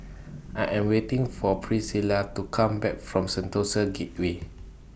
I Am waiting For Priscila to Come Back from Sentosa Gateway